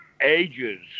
ages